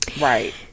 Right